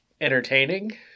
entertaining